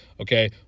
okay